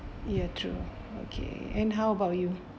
ya true okay and how about you